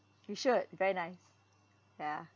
you should very nice ya